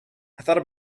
thought